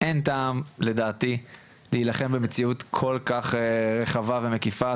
אין טעם לדעתי להילחם במציאות כל כך רחבה ומקיפה,